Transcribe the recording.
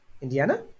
Indiana